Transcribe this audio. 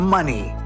Money